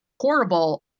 horrible